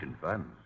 funds